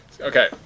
Okay